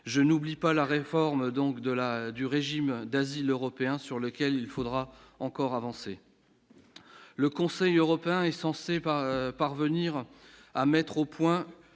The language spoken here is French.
je n'oublie pas la réforme, donc de la du régime d'asile européen sur lequel il faudra encore avancer le Conseil européen est censé pas parvenir à mettre au point